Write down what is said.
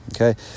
okay